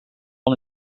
all